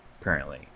currently